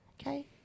Okay